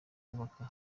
kubaka